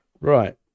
right